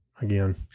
again